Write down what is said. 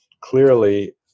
Clearly